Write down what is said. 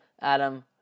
Adam